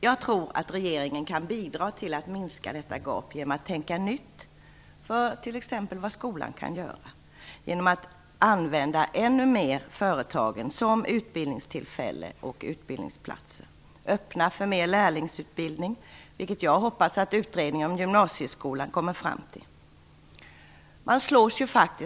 Jag tror att regeringen kan bidra till att minska detta gap genom att tänka nytt, t.ex. i fråga om vad skolan kan göra genom att företagen i ännu högre grad används som utbildningsplatser och ger utbildningstillfällen. Vi kan ge större utrymme för lärlingsutbildning, något som jag hoppas att utredningen om gymnasieskolan kommer fram till.